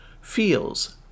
Feels